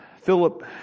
Philip